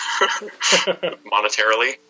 monetarily